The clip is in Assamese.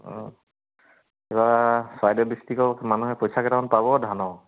অঁ এইবাৰ চৰাইদেউ ডিষ্ট্ৰিক্টত মানুহে পইচা কেইটামান পাব ধানৰ